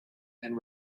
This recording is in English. and